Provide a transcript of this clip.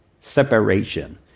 separation